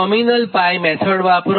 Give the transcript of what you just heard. nominal 𝜋 method વાપરો